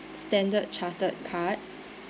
standard chartered card